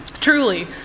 Truly